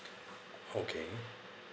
okay